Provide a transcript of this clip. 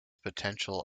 potential